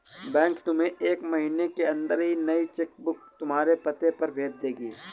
bank तुम्हें एक महीने के अंदर ही नई चेक बुक तुम्हारे पते पर भेज देगी